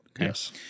Yes